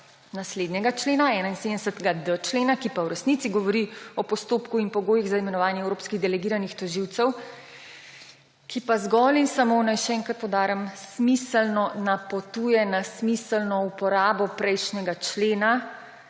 naslednjega člena, 71.d člena, ki pa v resnici govori o postopku in pogojih za imenovanje evropskih delegiranih tožilcev, ki pa zgolj in samo, naj še enkrat poudarim, smiselno napotuje na smiselno uporabo prejšnjega člena,